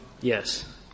yes